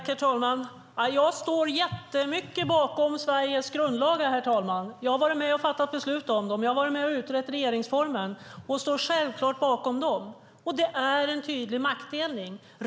Herr talman! Jag står jättemycket bakom Sveriges grundlagar. Jag har varit med och fattat beslut om dem. Jag har varit med och utrett regeringsformen och står självklart bakom den. Det är en tydlig maktdelning.